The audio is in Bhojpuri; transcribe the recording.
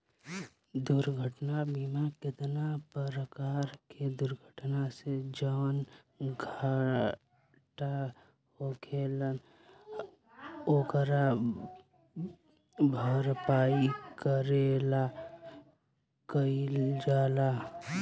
दुर्घटना बीमा केतना परकार के दुर्घटना से जवन घाटा होखेल ओकरे भरपाई करे ला कइल जाला